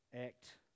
act